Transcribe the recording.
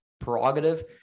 prerogative